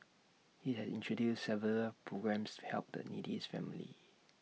he has introduced several programmes to help the needy families